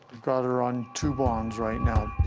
got her on two bonds right now.